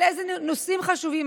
על איזה נושאים חשובים,